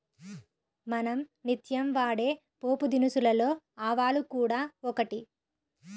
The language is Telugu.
మనం నిత్యం వాడే పోపుదినుసులలో ఆవాలు కూడా ఒకటి